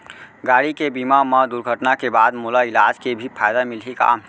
गाड़ी के बीमा मा दुर्घटना के बाद मोला इलाज के भी फायदा मिलही का?